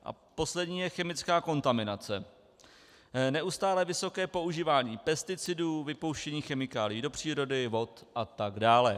A poslední je chemická kontaminace neustálé vysoké používání pesticidů, vypouštění chemikálií do přírody, vod atd.